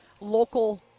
local –